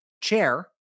chair